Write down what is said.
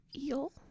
eel